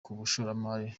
bashoramari